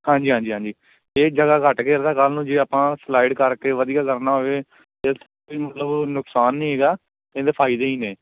ਹਾਂਜੀ ਹਾਂਜੀ ਹਾਂਜੀ ਇਹ ਜਗ੍ਹਾ ਘੱਟ ਘੇਰਦਾ ਕੱਲ੍ਹ ਨੂੰ ਜੇ ਆਪਾਂ ਸਲਾਈਡ ਕਰਕੇ ਵਧੀਆ ਕਰਨਾ ਹੋਵੇ ਤਾਂ ਤਾਂ ਮਤਲਬ ਨੁਕਸਾਨ ਨਹੀਂ ਹੈਗਾ ਇਹਦੇ ਫਾਇਦੇ ਹੀ ਨੇ